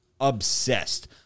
Obsessed